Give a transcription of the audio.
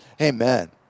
Amen